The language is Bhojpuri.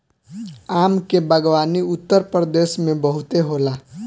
आम के बागवानी उत्तरप्रदेश में बहुते होला